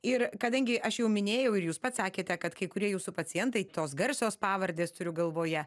ir kadangi aš jau minėjau ir jūs pats sakėte kad kai kurie jūsų pacientai tos garsios pavardės turiu galvoje